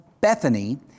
Bethany